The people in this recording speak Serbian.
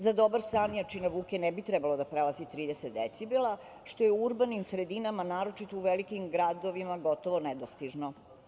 Za dobar san jačina buke ne bi trebala da prelazi 30 decibela, što je u urbanim sredinama, naročito u velikim gradovima gotovo nedostižno.